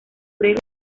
breve